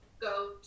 go